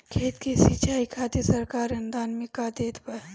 खेत के सिचाई खातिर सरकार अनुदान में का देत बा?